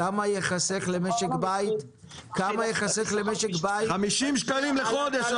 כמה ייחסך למשק בית --- 50 שקלים לחודש,